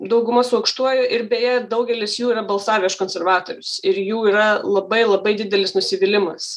dauguma su aukštuoju ir beje daugelis jų yra balsavę už konservatorius ir jų yra labai labai didelis nusivylimas